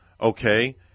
okay